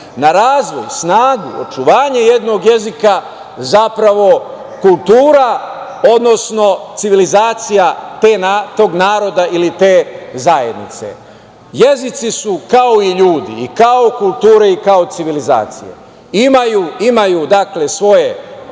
na razvoj, snagu, očuvanje jednog jezika, zapravo kultura, odnosno civilizacija tog naroda ili te zajednice. Jezici su kao i ljudi, i kao kultura i kao civilizacija, imaju svoj